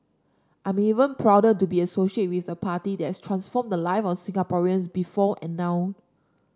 I'm even prouder to be associated with a party that has transformed the live of Singaporeans before and now